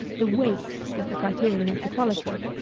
the weight is the criterion of the quality.